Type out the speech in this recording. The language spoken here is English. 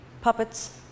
puppets